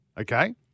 Okay